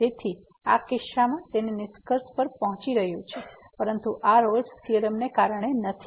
તેથી આ કિસ્સામાં તે નિષ્કર્ષ પર પહોંચી રહ્યું છે પરંતુ આ રોલ્સRolle's થીયોરમને કારણે નથી